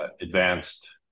Advanced